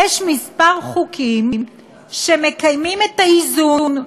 יש כמה חוקים שמקיימים את האיזון.